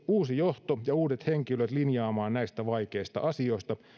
uusi johto ja uudet henkilöt linjaamaan näistä vaikeista asioista